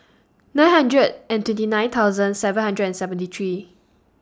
nine hundred and twenty nine thousand seven hundred and seventy three